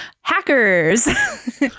Hackers